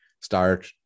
start